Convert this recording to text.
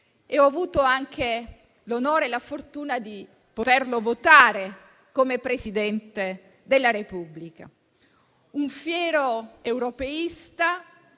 Ho avuto poi l'onore e la fortuna di poterlo votare come Presidente della Repubblica. Un fiero europeista,